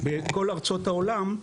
בכל ארצות העולם,